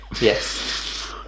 Yes